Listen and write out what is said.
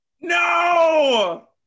no